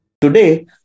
today